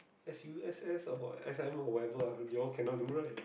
s_u_s_s about s_i_m or whatever lah you all cannot do right